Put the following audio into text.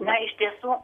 na iš tiesų